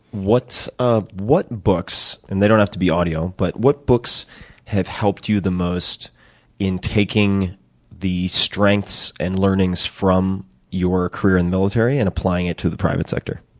ah what books, and they don't have to be audio, but what books have helped you the most in taking the strengths and learnings from your career in the military and applying it to the private sector?